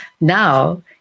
Now